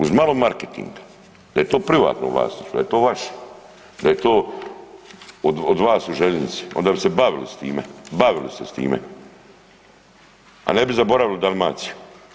Uz malo marketinga da je to privatno vlasništvo, da je to vaše, da je od vas su željeznice onda bi se bavili s time, bavili se s time, a ne bi zaboravili Dalmaciju.